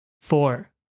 Four